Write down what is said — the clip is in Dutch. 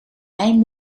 mijn